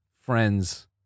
friends